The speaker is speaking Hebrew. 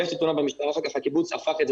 הגשתי תלונה במשטרה ואחר כך הקיבוץ הפך את זה